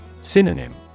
Synonym